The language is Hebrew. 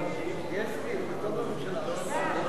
1 4 נתקבלו.